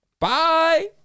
Bye